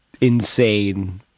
insane